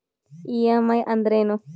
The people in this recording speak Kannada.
ಇ.ಎಂ.ಐ ಅಂದ್ರೇನು?